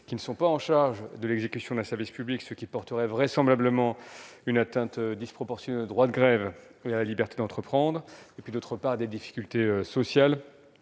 qui ne sont pas en charge de l'exécution d'un service public, ce qui porterait vraisemblablement une atteinte disproportionnée au droit de grève et à la liberté d'entreprendre ; d'autre part, des difficultés sociales,